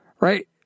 Right